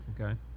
okay